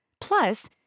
Plus